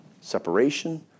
separation